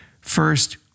first